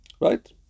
Right